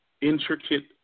intricate